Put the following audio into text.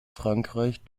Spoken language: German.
frankreich